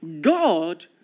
God